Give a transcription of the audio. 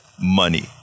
money